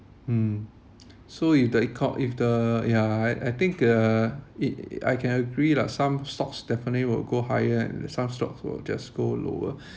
mm so if the eco~ if the yeah I I think uh it I can agree lah some stocks definitely would go higher and some stocks will just go lower